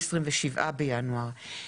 ה-27 בינואר.